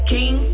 King